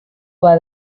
bat